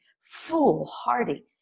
foolhardy